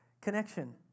connection